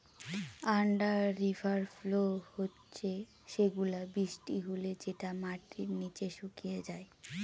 under river flow হচ্ছে সেগুলা বৃষ্টি হলে যেটা মাটির নিচে শুকিয়ে যায়